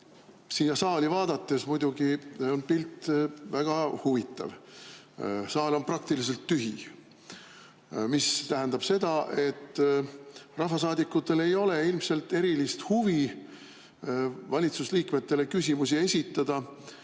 Seda saali vaadates on pilt muidugi väga huvitav, saal on praktiliselt tühi. See tähendab seda, et rahvasaadikutel ei ole ilmselt erilist huvi valitsuse liikmetele küsimusi esitada